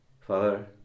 Father